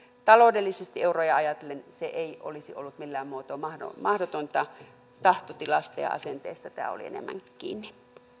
taloudellisesti euroja ajatellen se ei olisi ollut millään muotoa mahdotonta tahtotilasta ja asenteesta tämä oli enemmänkin kiinni